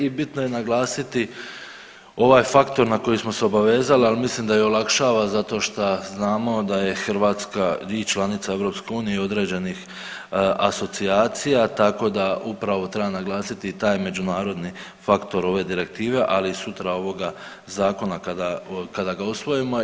I bitno je naglasiti ovaj faktor na koji smo se obavezali ali mislim da i olakšava zato šta znamo da je Hrvatska i članica EU i određenih asocijacija, tako da upravo treba naglasiti i taj međunarodni faktor ove direktive, ali i sutra ovoga zakona kada ga usvojimo.